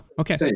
Okay